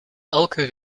elke